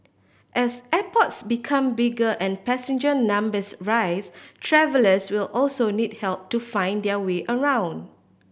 as airports become bigger and passenger numbers rise travellers will also need help to find their way around